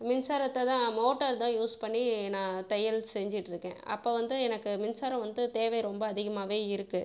மின்சாரத்தைதான் மோட்டர்தான் யூஸ் பண்ணி நான் தையல் செஞ்சுட்டு இருக்கேன் அப்போ வந்து எனக்கு மின்சாரம் வந்து தேவை ரொம்ப அதிகமாகவே இருக்குது